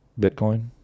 Bitcoin